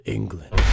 England